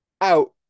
out